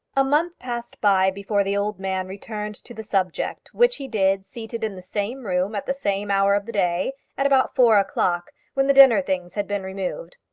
a month passed by before the old man returned to the subject, which he did seated in the same room, at the same hour of the day at about four o'clock, when the dinner things had been removed.